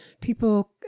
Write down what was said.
people